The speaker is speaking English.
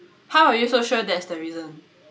how are you so sure that's the reason